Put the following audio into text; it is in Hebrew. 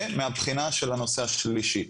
זה מהבחינה של הנושא השלישי.